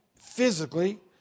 physically